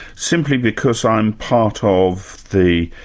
simply because i'm part of the,